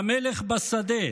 "המלך בשדה"